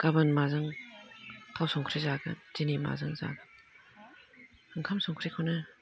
गाबोन माजों थाव संख्रि जागोन दिनै माजों जागोन ओंखाम संख्रिखौनो